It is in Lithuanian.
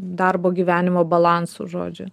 darbo gyvenimo balansu žodžiu